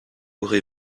aurait